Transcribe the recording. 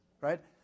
Right